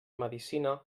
medicina